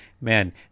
man